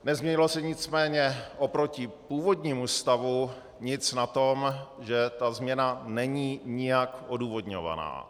Nezměnilo se nicméně oproti původnímu stavu nic na tom, že ta změna není nijak odůvodňovaná.